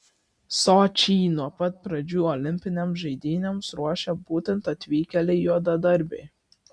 sočį nuo pat pradžių olimpinėms žaidynėms ruošė būtent atvykėliai juodadarbiai